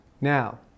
Now